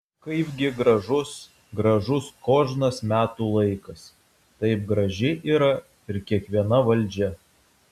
kaipgi gražus gražus kožnas metų laikas taip graži yra ir kiekviena valdžia